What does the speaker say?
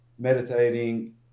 meditating